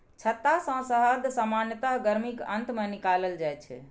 छत्ता सं शहद सामान्यतः गर्मीक अंत मे निकालल जाइ छै